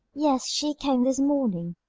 yes, she came this morning.